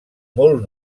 molt